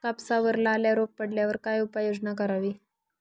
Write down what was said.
कापसावर लाल्या रोग पडल्यावर काय उपाययोजना करावी?